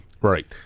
Right